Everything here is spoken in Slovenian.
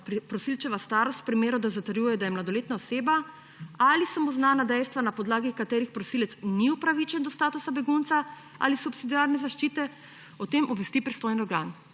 prosilčeva starost v primeru, da zatrjuje, da je mladoletna oseba, ali so mu znana dejstva, na podlagi katerih prosilec ni upravičen do statusa begunca ali subsidiarne zaščite, o tem obvesti pristojni organ.